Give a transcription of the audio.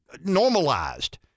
normalized